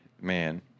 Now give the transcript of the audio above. man